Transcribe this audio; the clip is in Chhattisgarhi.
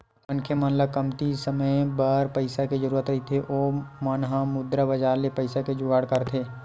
जेन मनखे मन ल कमती समे बर पइसा के जरुरत रहिथे ओ मन ह मुद्रा बजार ले पइसा के जुगाड़ करथे